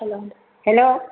hello